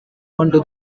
onto